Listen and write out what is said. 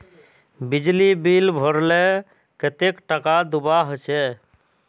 बिजली बिल भरले कतेक टाका दूबा होचे?